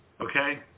Okay